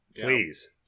Please